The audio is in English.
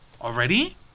Already